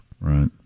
Right